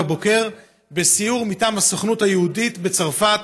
בסיור מטעם הסוכנות היהודית בצרפת,